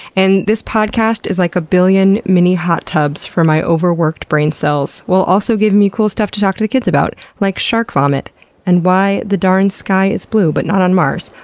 and this podcast is like a billion mini hot tubs for my overworked brain cells, while also giving me cool stuff to talk to the kids about, like shark vomit and why the darn sky is blue, but not on mars.